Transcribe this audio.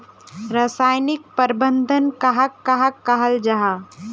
रासायनिक प्रबंधन कहाक कहाल जाहा जाहा?